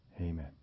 Amen